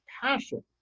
passion